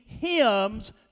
hymns